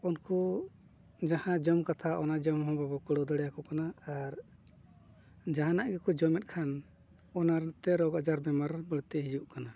ᱩᱱᱠᱩ ᱡᱟᱦᱟᱸ ᱡᱚᱢ ᱠᱟᱛᱷᱟ ᱚᱱᱟ ᱡᱚᱢ ᱦᱚᱸ ᱵᱟᱵᱚᱱ ᱠᱩᱲᱟᱣ ᱫᱟᱲᱮᱭᱟᱠᱚ ᱠᱟᱱᱟ ᱟᱨ ᱡᱟᱦᱟᱱᱟᱜ ᱜᱮᱠᱚ ᱡᱚᱢᱮᱫ ᱠᱷᱟᱱ ᱚᱱᱟᱛᱮ ᱨᱳᱜᱽ ᱟᱡᱟᱨ ᱵᱮᱢᱟᱨ ᱵᱟᱹᱲᱛᱤ ᱦᱤᱡᱩᱜ ᱠᱟᱱᱟ